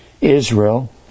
israel